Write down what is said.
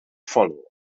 follow